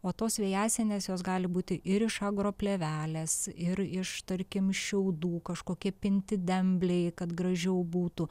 o tos vėjasienės jos gali būti ir iš agro plėvelės ir iš tarkim šiaudų kažkokie pinti dembliai kad gražiau būtų